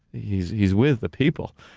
he's he's with the people,